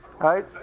Right